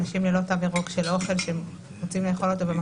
אנשים ללא תו ירוק שרוצים לאכול את האוכל